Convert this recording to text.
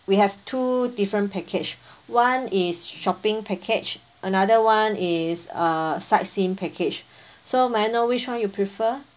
we have two different package one is shopping package another one is uh sightseeing package so may I know which one you prefer